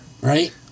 Right